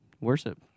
worship